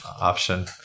option